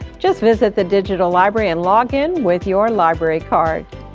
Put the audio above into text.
just visit the digital library and log in with your library card!